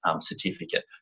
certificate